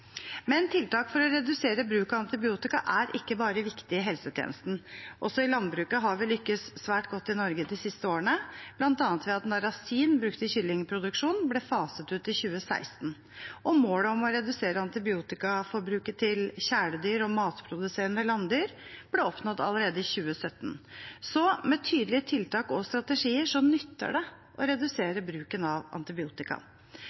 Men tiltak for å redusere bruk av antibiotika er ikke bare viktig i helsetjenesten. Også i landbruket har vi lykkes svært godt i Norge de siste årene, bl.a. ved at narasin brukt i kyllingproduksjon ble faset ut i 2016, og målet om å redusere antibiotikaforbruket til kjæledyr og matproduserende landdyr ble oppnådd allerede i 2017. Så med tydelige tiltak og strategier nytter det å